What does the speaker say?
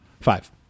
Five